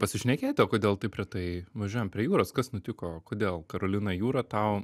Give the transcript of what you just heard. pasišnekėti o kodėl taip retai važiuojam prie jūros kas nutiko kodėl karolina jūra tau